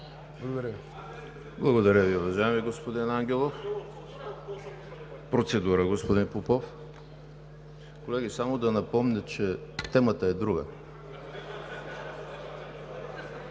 Благодаря Ви, уважаеми господин Ангелов. Процедура – господин Попов. Колеги, само да напомня, че темата е друга.